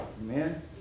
Amen